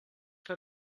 que